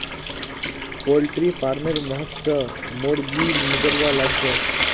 poultry फारमेर महक स मोर जी मिचलवा लाग छ